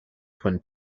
twin